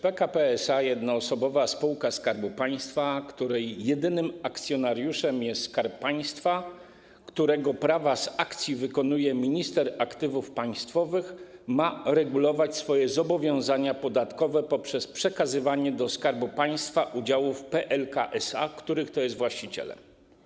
PKP SA, jednoosobowa spółka Skarbu Państwa, której jedynym akcjonariuszem jest Skarb Państwa, którego prawa z akcji wykonuje minister aktywów państwowych, ma regulować swoje zobowiązania podatkowe poprzez przekazywanie do Skarbu Państwa udziałów PLK SA, których to jest właścicielem.